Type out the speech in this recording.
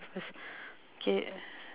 K